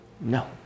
No